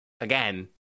again